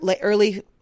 early